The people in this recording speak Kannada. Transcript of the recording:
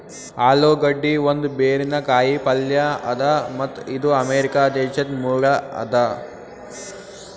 ಆಲೂಗಡ್ಡಿ ಒಂದ್ ಬೇರಿನ ಕಾಯಿ ಪಲ್ಯ ಅದಾ ಮತ್ತ್ ಇದು ಅಮೆರಿಕಾ ದೇಶದ್ ಮೂಲ ಅದಾ